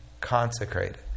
consecrated